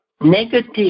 negative